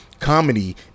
comedy